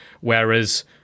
Whereas